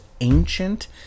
ancient